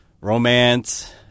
romance